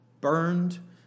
Burned